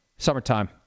Summertime